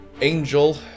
Angel